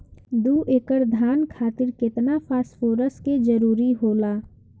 दु एकड़ धान खातिर केतना फास्फोरस के जरूरी होला?